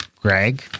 Greg